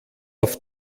auf